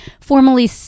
formally